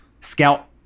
scout